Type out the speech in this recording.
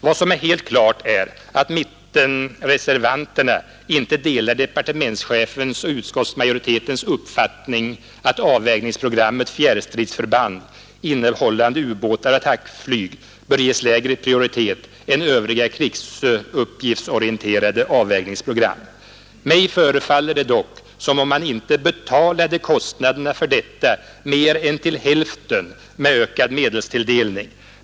Vad som är helt klart är att mittenreservanterna inte delar departementschefens och utskottsmajoritetens uppfattning att avvägningsprogrammet Fjärrstridsförband, innehållande ubåtar och attackflyg, bör ges lägre prioritet än övriga krigsuppgiftsorienterade avvägningsprogram. Mig förefaller det dock som om man inte betalade kostnaden för detta mer än till hälften med ökad medelstilldelning.